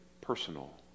personal